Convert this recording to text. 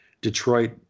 Detroit